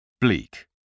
Bleak